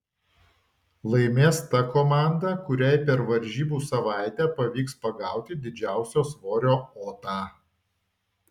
laimės ta komanda kuriai per varžybų savaitę pavyks pagauti didžiausio svorio otą